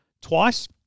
twice